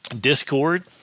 discord